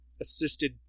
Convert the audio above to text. assisted